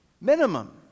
minimum